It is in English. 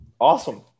awesome